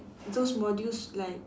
those modules like